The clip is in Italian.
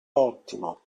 ottimo